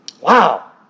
Wow